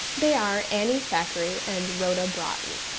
they are annie thackeray and rhoda broughton.